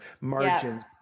margins